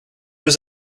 was